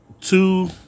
two